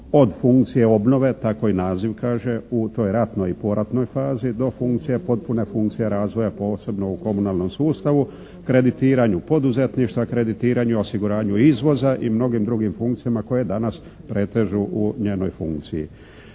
od funkcije obnove tako i naziv kaže u toj ratnoj i poratnoj fazi do funkcije, potpune funkcije razvoja po osobno u komunalnom sustavu, kreditiranju poduzetništva, kreditiranju i osiguranju izvoza i mnogim drugim funkcijama koje danas pretežu u njenoj funkciji.